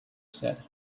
said